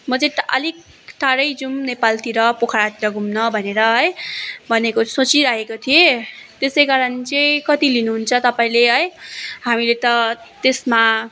म चाहिँ अलिक टाढै जाऔँ नेपालतिर पोखरातिर घुम्न भनेर है भनेको सोचिरहेको थिएँ त्यसै कारण चाहिँ कति लिनुहुन्छ तपाईँले है हामीले त त्यसमा